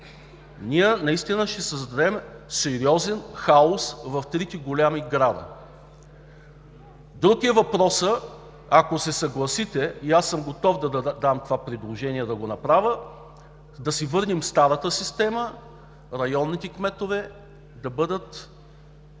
Ние наистина ще създадем сериозен хаос в трите големи града. Друг е въпросът, ако се съгласите, аз съм готов да дам това предложение, да го направя – да си върнем старата система, районните кметове да бъдат